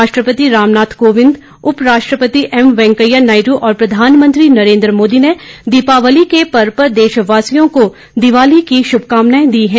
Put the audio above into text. राष्ट्रपति रामनाथ कोविंद उप राष्ट्रपति एम वैकेंया नायड् और प्रधानमंत्री नरेंद्र मोदी ने दीपावली के पर्व पर देशवासियों को दीवाली की शुभकामनाएं दी है